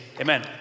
amen